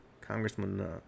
Congressman